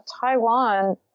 Taiwan